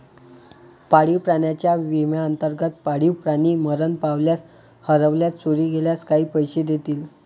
पाळीव प्राण्यांच्या विम्याअंतर्गत, पाळीव प्राणी मरण पावल्यास, हरवल्यास, चोरी गेल्यास काही पैसे देतील